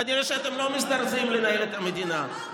כנראה אתם לא מזדרזים לנהל את המדינה.